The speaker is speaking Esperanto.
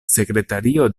sekretario